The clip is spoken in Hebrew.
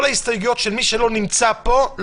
כל ההסתייגויות של מי שלא נמצא פה,